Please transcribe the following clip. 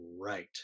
right